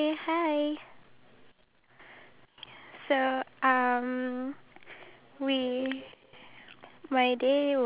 okay let's do it in like a clockwise direction so starting from like twelve o'clock upstairs what do you have in your picture